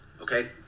okay